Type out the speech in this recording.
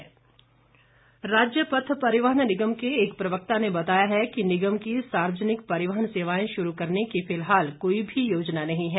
परिवहन निगम राज्य पथ परिवहन निगम के एक प्रवक्ता ने बताया है कि निगम की सार्वजनिक परिवहन सेवाएं शुरू करने की फिलहाल कोई भी योजना नहीं है